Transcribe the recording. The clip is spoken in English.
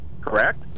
correct